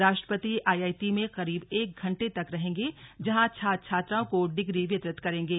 राष्ट्रपति आईआईटी में करीब एक घण्टे तक रहेंगे जहां छात्र छात्राओं को डिग्री वितरित करेंगे